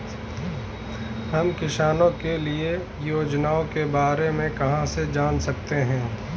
हम किसानों के लिए योजनाओं के बारे में कहाँ से जान सकते हैं?